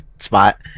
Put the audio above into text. spot